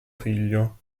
figlio